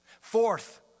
Fourth